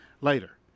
later